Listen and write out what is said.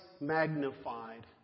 magnified